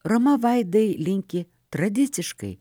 roma vaida linki tradiciškai